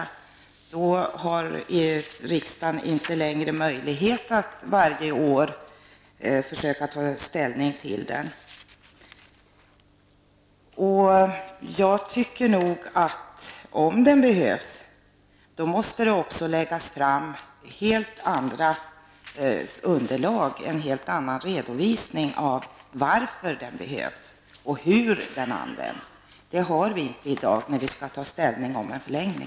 Om den permanentas, har riksdagen inte längre möjlighet att varje år försöka ta ställning till den. Jag tycker nog att om den behövs, måste det också läggas fram en helt annan redovisning för varför den behövs och hur den används. Någon sådan har vi inte i dag, när vi skall ta ställning till en förlänging.